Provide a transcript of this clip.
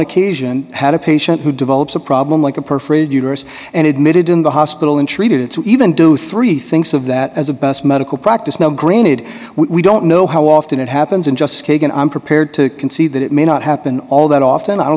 occasion had a patient who develops a problem like a perforated uterus and admitted in the hospital and treated to even do three things of that as a best medical practice now granted we don't know how often it happens in just skate and i'm prepared to concede that it may not happen all that often i don't